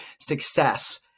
success